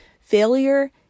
Failure